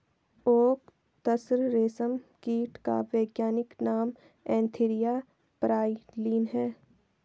okay तसर रेशम कीट का वैज्ञानिक नाम एन्थीरिया प्राइलीन है